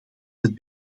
het